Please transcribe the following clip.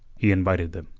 he invited them,